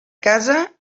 casa